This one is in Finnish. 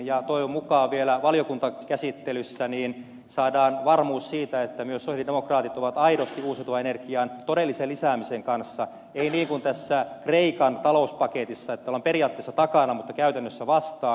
toivon mukaan vielä valiokuntakäsittelyssä saadaan varmuus siitä että myös sosialidemokraatit ovat aidosti uusiutuvan energian todellisen lisäämisen kanssa ei niin kuin tässä kreikan talouspaketissa että ollaan periaatteessa takana mutta käytännössä vastaan